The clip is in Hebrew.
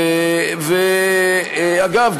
אגב,